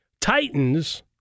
Titans